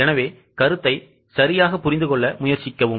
எனவே கருத்தை சரியாக புரிந்து கொள்ள முயற்சிக்கவும்